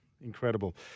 Incredible